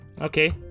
Okay